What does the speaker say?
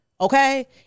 Okay